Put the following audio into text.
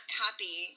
happy